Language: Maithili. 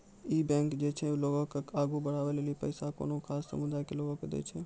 इ बैंक जे छै वें लोगो के आगु बढ़ै लेली पैसा कोनो खास समुदाय के लोगो के दै छै